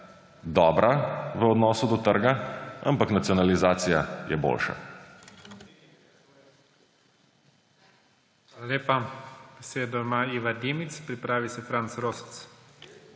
dobra v odnosu do trga, ampak nacionalizacija je boljša.